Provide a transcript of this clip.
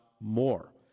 more